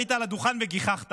עלית לדוכן וגיחכת.